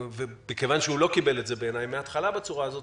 מכיוון שהוא לא קיבל את זה בעיניי מהתחלה בצורה הזאת,